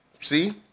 See